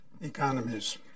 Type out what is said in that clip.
Economies